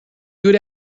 good